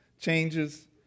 changes